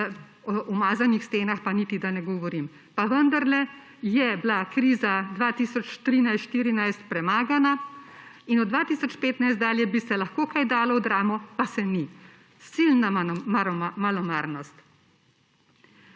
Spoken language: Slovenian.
o umazanih stenah niti ne govorim. Pa vendarle je bila kriza 2013–2014 premagana in od 2015 dalje bi se lahko kaj dalo v Dramo, pa se ni. Silna malomarnost.